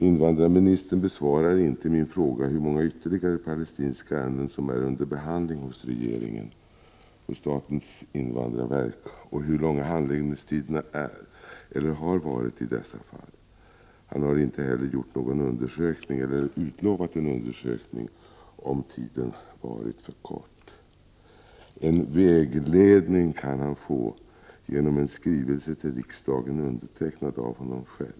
Invandrarministern besvarar inte min fråga om hur många ytterligare palestinska ärenden som är under behandling hos regeringen och statens invandrarverk och hur långa handläggningstiderna är eller har varit i dessa fall. Han har inte heller gjort någon undersökning eller utlovat en undersökning om huruvida tiden varit för kort. En viss vägledning kan han få i en skrivelse till riksdagen undertecknad av honom själv.